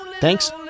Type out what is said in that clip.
Thanks